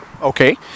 Okay